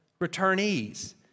returnees